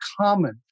common